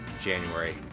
January